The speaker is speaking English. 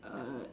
uh